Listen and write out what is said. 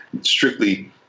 strictly